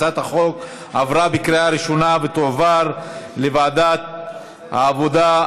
הצעת החוק עברה בקריאה ראשונה ותועבר לוועדת העבודה,